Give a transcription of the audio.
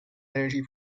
energy